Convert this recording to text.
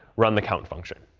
run the count function.